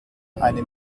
eine